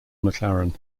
mclaren